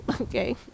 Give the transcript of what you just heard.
okay